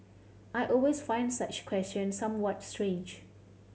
I always find such questions somewhat strange